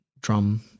drum